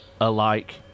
alike